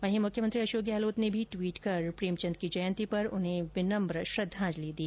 वहीं मुख्यमंत्री अशोक गहलोत ने भी ट्वीट कर प्रेमचंद की जयंती पर उन्हें विनम्र श्रद्वांजलि दी